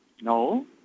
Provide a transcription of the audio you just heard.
No